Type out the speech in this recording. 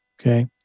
okay